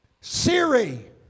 Siri